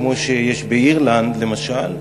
כמו שיש באירלנד למשל,